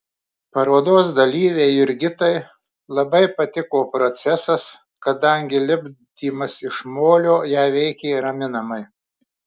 parodos dalyvei jurgitai labai patiko procesas kadangi lipdymas iš molio ją veikė raminamai